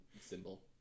symbol